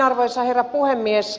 arvoisa herra puhemies